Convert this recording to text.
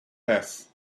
beth